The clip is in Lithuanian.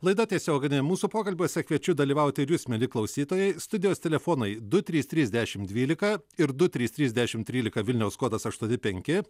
laida tiesioginė mūsų pokalbiuose kviečiu dalyvauti ir jus mieli klausytojai studijos telefonai du trys trys dešimt dvylika ir du trys trys dešimt trylika vilniaus kodas aštuoni penki